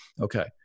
Okay